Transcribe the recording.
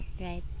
right